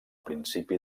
principi